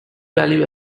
value